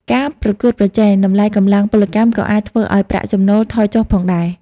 ការប្រកួតប្រជែងតម្លៃកម្លាំងពលកម្មក៏អាចធ្វើឱ្យប្រាក់ចំណូលថយចុះផងដែរ។